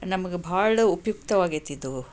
ನಮಗೆ ಭಾಳ ಉಪಯುಕ್ತವಾಗೈತಿದು